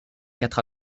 quatre